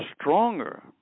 stronger